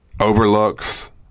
overlooks